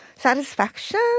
Satisfaction